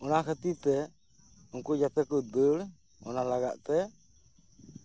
ᱚᱱᱟ ᱠᱷᱟᱹᱛᱤᱨ ᱛᱮ ᱩᱱᱠᱩ ᱡᱚᱛᱚ ᱠᱚ ᱫᱟᱹᱲ ᱚᱱᱟ ᱞᱟᱜᱟᱫ ᱛᱮ